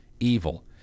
evil